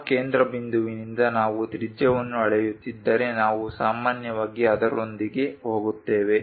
ಆ ಕೇಂದ್ರಬಿಂದುವಿನಿಂದ ನಾವು ತ್ರಿಜ್ಯವನ್ನು ಅಳೆಯುತ್ತಿದ್ದರೆ ನಾವು ಸಾಮಾನ್ಯವಾಗಿ ಅದರೊಂದಿಗೆ ಹೋಗುತ್ತೇವೆ